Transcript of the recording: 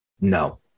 No